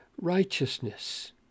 righteousness